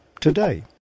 today